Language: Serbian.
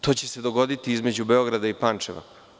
To će se dogoditi između Beograda i Pančeva.